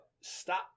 Stop